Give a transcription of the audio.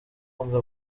ubumuga